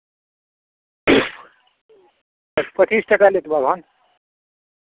प् पचीस टाका लेत बाभन